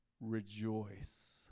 Rejoice